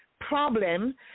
problem